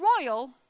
royal